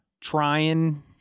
trying